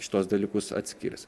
šituos dalykus atskirs